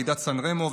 לוועידת סן רמו,